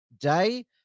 Day